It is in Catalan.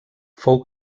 fou